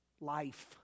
life